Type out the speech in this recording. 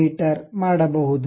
me ಮಾಡಬಹುದು